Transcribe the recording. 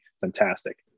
fantastic